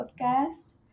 podcast